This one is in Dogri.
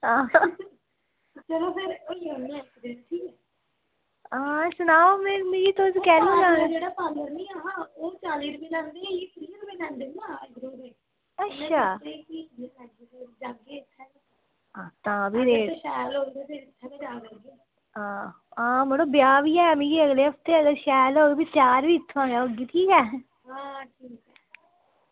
आं आं सनाओ तुस मिगी कैलूं जाना अच्छा तां भी आं आं मड़ो ब्याह् बी ऐ मिगी अगले हफ्ते शैल होग तां त्यार बी इत्थां होगी ठीक ऐ